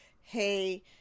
Hey